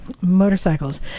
motorcycles